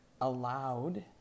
allowed